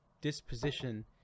disposition